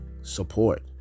support